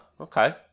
Okay